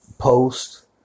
Post